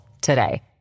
today